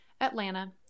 Atlanta